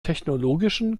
technologischen